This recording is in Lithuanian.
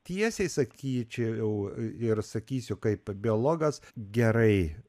tiesiai sakyčiau ir sakysiu kaip biologas gerai